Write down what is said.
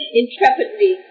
intrepidly